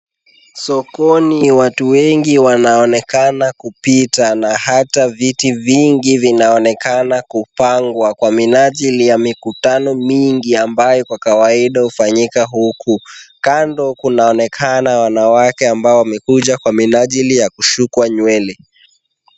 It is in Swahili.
Sokoni watu wengi wanaonekana kupita na hata viti vingi vinaonekana kupangwa kwa minajili ya mikutano mingi ambayo kwa kawaida hufanyika huku. Kando kunaonekana wanawake ambao wamekuja kwa minajili ya kusukwa nywele.